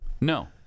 No